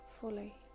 fully